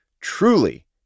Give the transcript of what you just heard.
truly